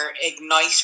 Ignite